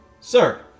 sir